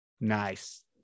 Nice